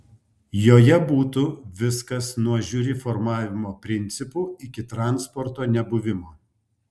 joje būtų viskas nuo žiuri formavimo principų iki transporto nebuvimo